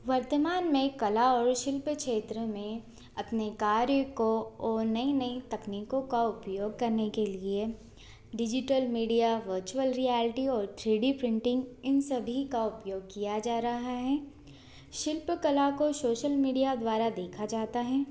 वर्तमान में कला और शिल्प क्षेत्र में अपने कार्य को और नई नई तकनीकों का उपयोग करने के लिए डिजिटल मीडिया वर्चुअल रियलिटी और थ्री डी प्रिंटिंग इन सभी का उपयोग किया जा रहा है शिल्प कला को शोशल मीडिया द्वारा देखा जाता है